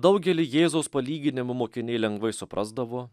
daugelį jėzaus palyginimų mokiniai lengvai suprasdavo